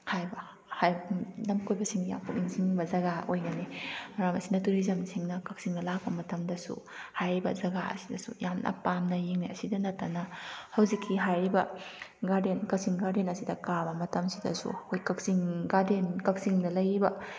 ꯍꯥꯏꯕ ꯂꯝꯀꯣꯏꯕꯁꯤꯡꯒꯤ ꯌꯥꯝ ꯄꯨꯛꯅꯤꯡ ꯆꯤꯡꯁꯤꯟꯕ ꯖꯒꯥ ꯑꯣꯏꯒꯅꯤ ꯃꯔꯝ ꯑꯁꯤꯅ ꯇꯨꯔꯤꯖꯝꯁꯤꯡꯅ ꯀꯛꯆꯤꯡꯗ ꯂꯥꯛꯄ ꯃꯇꯝꯗꯁꯨ ꯍꯥꯏꯔꯤꯕ ꯖꯒꯥ ꯑꯁꯤꯗꯁꯨ ꯌꯥꯝꯅ ꯄꯥꯝꯅ ꯌꯦꯡꯅꯩ ꯑꯁꯤꯗ ꯅꯠꯇꯅ ꯍꯧꯖꯤꯛꯀꯤ ꯍꯥꯏꯔꯤꯕ ꯒꯥꯔꯗꯦꯟ ꯀꯛꯆꯤꯡ ꯒꯥꯔꯗꯦꯟ ꯑꯁꯤꯗ ꯀꯥꯕ ꯃꯇꯝꯁꯤꯗꯁꯨ ꯑꯩꯈꯣꯏ ꯀꯛꯆꯤꯡ ꯒꯥꯔꯗꯦꯟ ꯀꯛꯆꯤꯡꯗ ꯂꯩꯔꯤꯕ